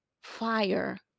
fire